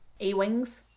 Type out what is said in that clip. Ewings